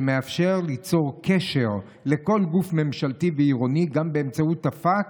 שמאפשר ליצור קשר עם כל גוף ממשלתי ועירוני גם באמצעות הפקס,